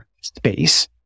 space